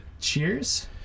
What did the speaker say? cheers